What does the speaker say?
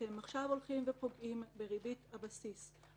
אתם עכשיו פוגעים בריבית הבסיס.